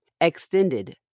extended